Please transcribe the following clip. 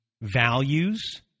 values